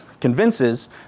convinces